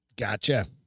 Gotcha